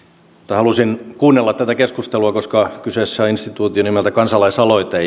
halusin kuunnella tätä keskustelua koska kyseessä on instituutio nimeltä kansalaisaloite